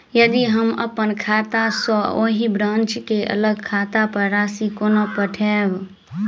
यदि हम अप्पन खाता सँ ओही ब्रांच केँ अलग खाता पर राशि कोना पठेबै?